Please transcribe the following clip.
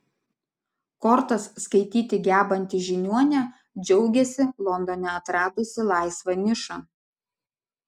kortas skaityti gebanti žiniuonė džiaugiasi londone atradusi laisvą nišą